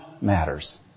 matters